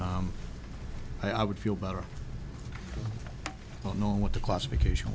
i would feel better knowing what the classification